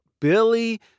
Billy